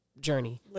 journey